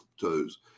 toes